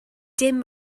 dim